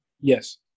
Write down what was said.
Yes